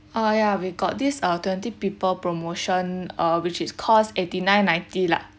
ah ya we got this uh twenty people promotion uh which is cost eighty nine ninety lah